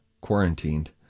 quarantined